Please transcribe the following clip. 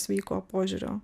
sveiko požiūrio